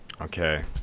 Okay